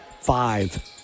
five